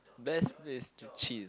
best place to chill